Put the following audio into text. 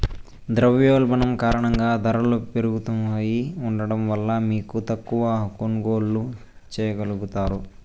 ద్రవ్యోల్బణం కారణంగా దరలు పెరుగుతా ఉండడం వల్ల మీరు తక్కవ కొనుగోల్లు చేయగలుగుతారు